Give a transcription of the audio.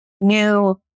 new